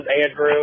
Andrew